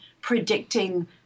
predicting